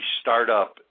startup